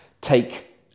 Take